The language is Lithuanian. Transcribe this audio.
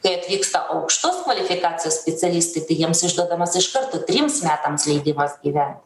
kai atvyksta aukštos kvalifikacijos specialistai tai jiems išduodamas iš karto trims metams leidimas gyvent